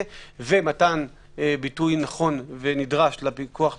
ומתן ביטוי נכון ונדרש לפיקוח הפרלמנטרי.